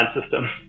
system